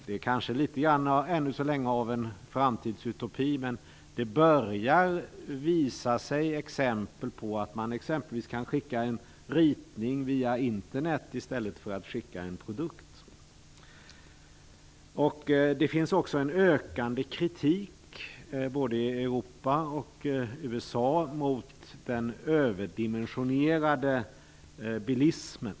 Det är kanske ännu så länge litet grand av en framtidsutopi, men det börjar visa sig exempel på att man exempelvis kan skicka en ritning via Internet i stället för att skicka en produkt. Det finns också en ökande kritik både i Europa och i USA mot den överdimensionerade bilismen.